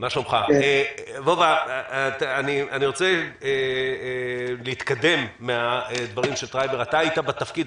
אני רוצה להתקדם מהדברים אתה היית בתפקיד,